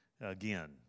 again